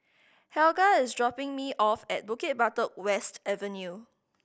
Helga is dropping me off at Bukit Batok West Avenue